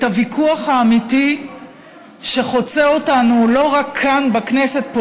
הוויכוח האמיתי שחוצה אותנו לא רק כאן בכנסת,